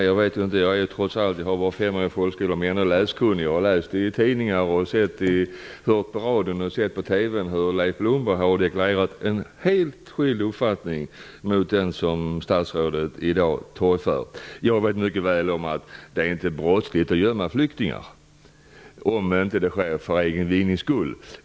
Fru talman! Jag har trots allt bara genomgått femårig folkskola, men jag är ändå läskunnig. Jag har läst i tidningar, hört på radio och sett på TV hur Leif Blomberg har deklarerat en helt skild uppfattning mot den som statsrådet i dag framför. Jag vet mycket väl att det inte är brottsligt att gömma flyktingar, om det inte sker för egen vinnings skull.